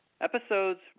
Episodes